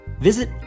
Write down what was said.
Visit